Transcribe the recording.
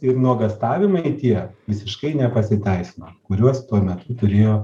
ir nuogąstavimai tie visiškai nepasiteisino kuriuos tuo metu turėjo